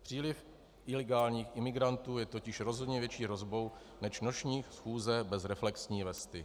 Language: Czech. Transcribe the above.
Příliv ilegálních imigrantů je totiž rozhodně větší hrozbou než noční chůze bez reflexní vesty.